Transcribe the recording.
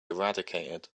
eradicated